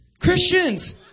Christians